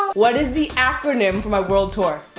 what is the acronym for my world tour?